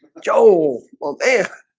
joe well there